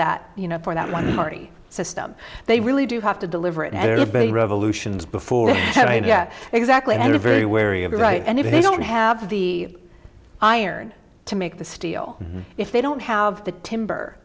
that you know for that one party system they really do have to deliver it and everybody revolutions before that yeah exactly very very wary of it right and if they don't have the iron to make the steel if they don't have the timber